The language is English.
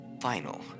final